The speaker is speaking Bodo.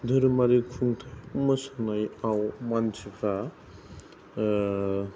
धोरोमारि खुंथाय मोसानायआव मानसिफ्रा